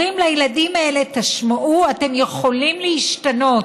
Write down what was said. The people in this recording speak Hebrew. אומרים לילדים האלה: תשמעו, אתם יכולים להשתנות,